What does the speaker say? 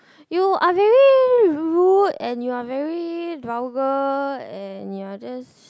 you are very rude and you are very vulgar and you are just